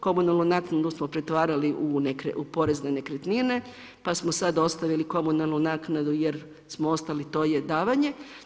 Komunalnu naknadu smo pretvarali u porezne nekretnine, pa smo sad ostavili komunalnu naknadu jer smo ostali, to je davanje.